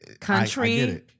Country